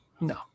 No